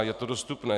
Je to dostupné.